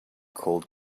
cold